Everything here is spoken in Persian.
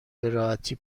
براحتی